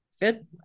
good